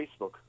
Facebook